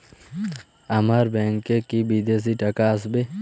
আমার ব্যংকে কি বিদেশি টাকা আসবে?